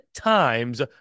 times